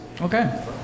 Okay